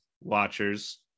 watchers